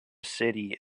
city